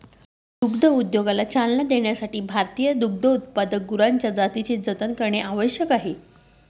दुग्धोद्योगाला चालना देण्यासाठी भारतीय दुग्धोत्पादक गुरांच्या जातींचे जतन करणे आवश्यक आहे